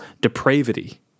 depravity